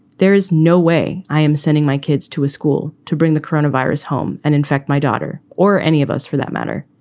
there is no way i am sending my kids to a school to bring the coronavirus home. and in fact, my daughter or any of us for that matter.